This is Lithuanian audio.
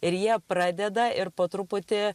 ir jie pradeda ir po truputį